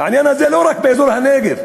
העניין הזה לא רק באזור הנגב,